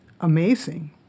amazing